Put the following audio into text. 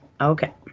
Okay